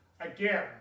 Again